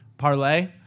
parlay